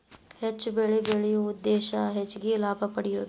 ಹೆಚ್ಚು ಬೆಳಿ ಬೆಳಿಯು ಉದ್ದೇಶಾ ಹೆಚಗಿ ಲಾಭಾ ಪಡಿಯುದು